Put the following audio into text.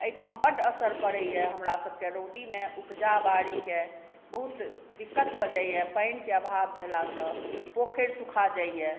एहिठाम बड असर पड़ैए हमरासभके रउदीमे उपजा बारीके बहुत दिक्क़त भऽ जाइए पानिके अभाव भेलासँ पोखरि सुखा जाइए